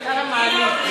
הייתה לה מעלית.